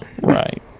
Right